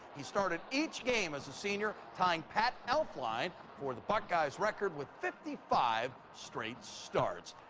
he started each game as a senior, tying pat elfein for the buckeyes' record with fifty five straight starts.